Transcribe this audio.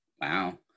Wow